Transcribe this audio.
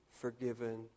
forgiven